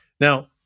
Now